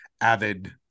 avid